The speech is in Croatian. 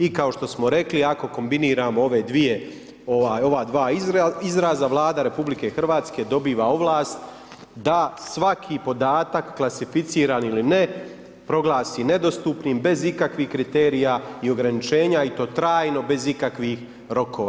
I kao što smo rekli ako kombiniram ova dva izraza, Vlada RH dobiva ovlast da svaki podatak klasificiran ili ne proglasi nedostupnim bez ikakvih kriterija i ograničenja i to trajno bez ikakvih rokova.